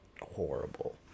horrible